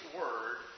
word